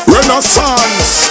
Renaissance